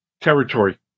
territory